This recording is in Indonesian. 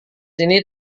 ini